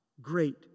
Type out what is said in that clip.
Great